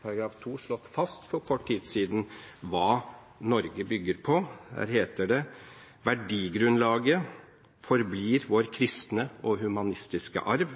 for kort tid siden slått fast hva Norge bygger på. Der heter det: «Verdigrunnlaget forblir vår kristne og humanistiske arv.